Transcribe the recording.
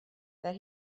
that